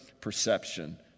perception